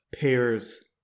pairs